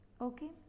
Okay